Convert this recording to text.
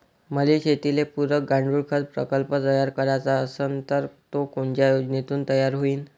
मले शेतीले पुरक गांडूळखत प्रकल्प तयार करायचा असन तर तो कोनच्या योजनेतून तयार होईन?